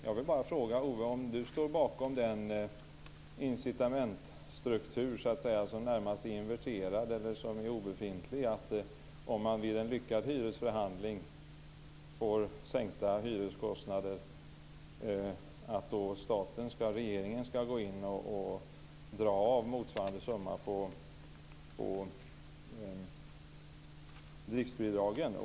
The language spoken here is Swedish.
Jag vill bara fråga Owe Hellberg om han står bakom den incitamentsstruktur som närmast är inverterad eller obefintlig, dvs. att om man vid en lyckad hyresförhandling får sänkta hyreskostnader ska regeringen gå in och dra av motsvarande summa på driftsbidragen.